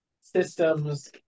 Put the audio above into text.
systems